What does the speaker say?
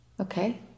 Okay